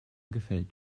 gefällt